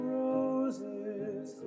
roses